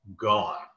gone